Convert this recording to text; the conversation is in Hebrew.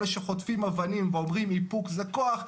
אלה שחוטפים אבנים ואומרים: איפוק זה כוח,